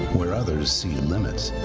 where others see limits,